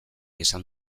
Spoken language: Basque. esan